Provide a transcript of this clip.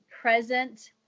present